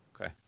Okay